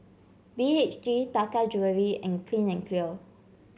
B H G Taka Jewelry and Clean and Clear